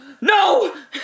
No